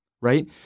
right